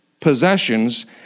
possessions